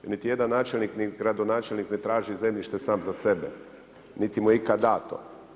Niti jedan načelnik ni gradonačelnik ne traži zemljište sam za sebe, niti mu je ikad dato.